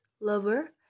lover